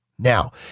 Now